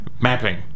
mapping